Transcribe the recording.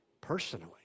personally